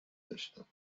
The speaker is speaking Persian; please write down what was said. داشتم